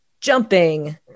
jumping